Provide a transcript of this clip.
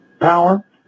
power